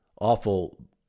awful